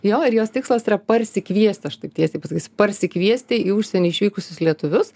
jo ir jos tikslas yra parsikviest aš taip tiesiai pasakysiu parsikviesti į užsienį išvykusius lietuvius